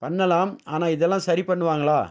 பண்ணலாம் ஆனால் இதெல்லாம் சரி பண்ணுவாங்களா